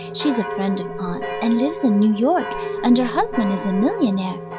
she is a friend of aunt's and lives in new york and her husband is a millionaire.